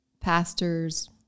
pastors